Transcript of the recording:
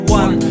one